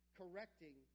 correcting